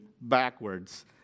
backwards